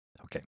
Okay